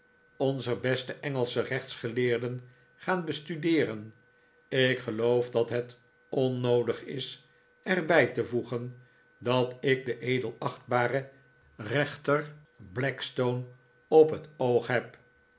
onzer beste engelsche rechtsgeleerden gaan bestudeeren ik geloof dat het onnoodig is er bij te voegen dat ik den edelachtbaren david copperfield xechter blackstone op het oog heb